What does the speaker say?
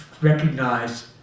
recognize